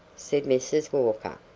said mrs. walker.